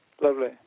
lovely